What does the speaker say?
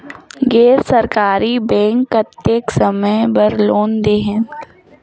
गैर सरकारी बैंक कतेक समय बर लोन देहेल?